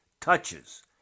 touches